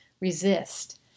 resist